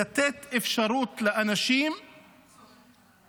לתת אפשרות לאנשים לבנות,